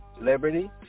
Liberty